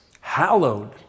Hallowed